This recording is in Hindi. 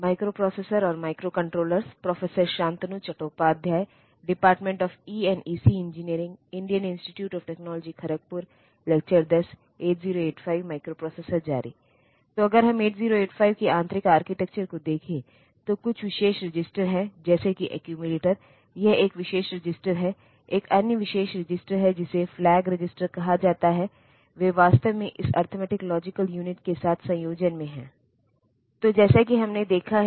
8085 प्रोसेसर के लिए यदि हम मशीन लैंग्वेज में देखने की कोशिश करते हैं तो यह 8 बिट माइक्रोप्रोसेसर है जैसा कि हमने पहले कहा है